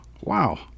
wow